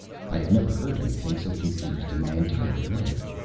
i have never heard anything so confused in my entire life.